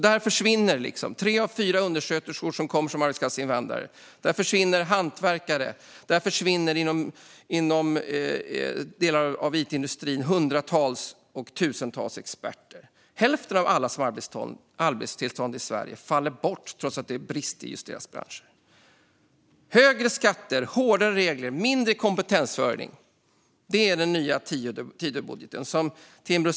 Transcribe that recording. Där försvinner tre av fyra undersköterskor som kommer som arbetskraftsinvandrare. Där försvinner hantverkare. Där försvinner tusentals experter inom delar av it-industrin. Hälften av alla arbetstillstånd i Sverige faller bort, trots att det råder brist i just dessa branscher. Högre skatter, hårdare regler och mindre kompetensförsörjning är vad den nya Tidöbudgeten innebär.